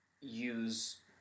use